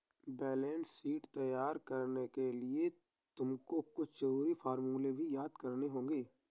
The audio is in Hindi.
बैलेंस शीट तैयार करने के लिए तुमको कुछ जरूरी फॉर्मूले भी याद करने होंगे